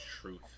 truth